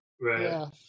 Right